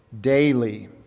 daily